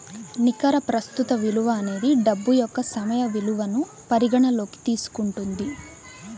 నికర ప్రస్తుత విలువ అనేది డబ్బు యొక్క సమయ విలువను పరిగణనలోకి తీసుకుంటుంది